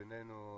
בינינו,